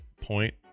point